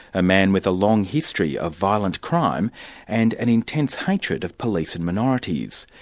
a man with a long history of violent crime and an intense hatred of police and minorities.